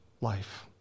life